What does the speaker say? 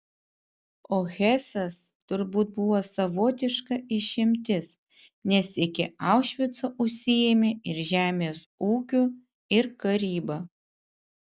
o hesas turbūt buvo savotiška išimtis nes iki aušvico užsiėmė ir žemės ūkiu ir karyba